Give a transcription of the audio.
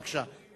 בבקשה.